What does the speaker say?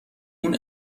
اون